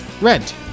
rent